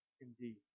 indeed